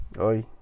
Oi